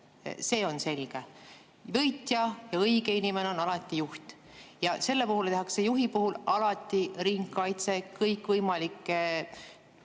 See on selge. Võitja ja õige inimene on alati juht ja juhi puhul tehakse alati ringkaitse kõikvõimalikke,